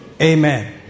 Amen